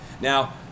Now